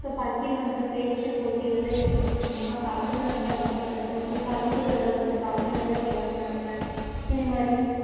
இப்போ பட்டிமன்ற பேச்சுப் போட்டி இதெல்லாம் எடுத்துக்கிட்டோம்னால் தமிழ்ல வந்து அதிகமாக இருக்குது அப்புறம் கவிதைகளை வந்து தமிழ்ல தான் எழுதுறாங்க இது மாதிரி